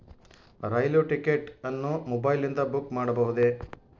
ರೈಲು ticket ಅನ್ನು ಮೊಬೈಲಿಂದ book ಮಾಡಬಹುದೆ?